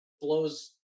blows